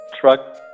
truck